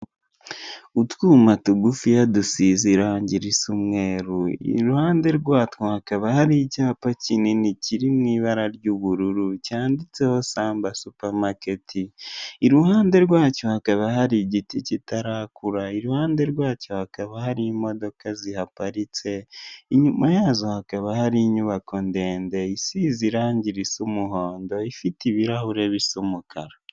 Utwuma tugufiya dusize irangi risa umweru, iruhande rwatwo hakaba hari icyapa kinini kiri mu ibara ry'ubururu cyanditseho samba supamaketi, iruhande rwacyo hakaba hari igiti kitarakura, iruhande rwacyo hakaba hari imodoka zihaparitse, inyuma yazo hakaba hari inyubako ndende isize irangi risa umuhondo, ifite ibirahure bisa umukara.